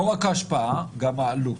לא רק ההשפעה, גם העלות.